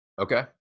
Okay